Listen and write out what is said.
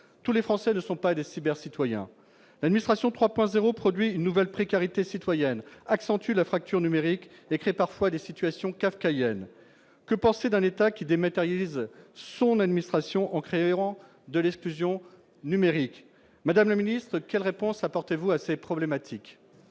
tous les Français ne sont pas des cyber citoyens nuit 3,0 produit nouvelle précarité citoyenne, accentue la fracture numérique et crée parfois des situations kafkaïennes que penser d'un État qui dématérialise son administration en créant de l'exclusion numérique, madame la ministre, quelle réponse apportez-vous à ces problématiques.